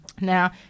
Now